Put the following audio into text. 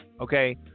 Okay